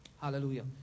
Hallelujah